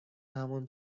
همان